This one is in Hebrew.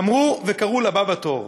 אמרו וקראו לבא בתור.